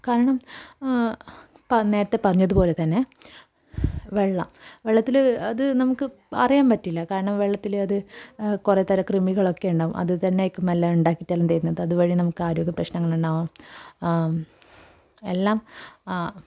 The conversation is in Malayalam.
കാരണം പ നേരത്തെ പറഞ്ഞതുപോലെ തന്നെ വെള്ളം വെള്ളത്തിൽ അതു നമുക്ക് അറിയാൻ പറ്റില്ല കാരണം വെള്ളത്തിൽ അത് കുറേ തരം കൃമികളൊക്കെ ഉണ്ടാകും അതുതന്നെയായിരിക്കും എല്ലാം ഉണ്ടാക്കിയിട്ടൊക്കെ തരുന്നത് അതുവഴി നമുക്ക് ആരോഗ്യപ്രശ്നങ്ങൾ ഉണ്ടാകാം എല്ലാം ആ